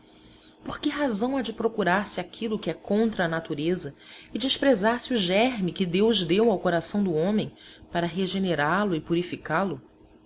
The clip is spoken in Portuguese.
por que razão há de procurar se aquilo que é contra a natureza e desprezar se o germe que deus deu ao coração do homem para regenerá lo e purificá lo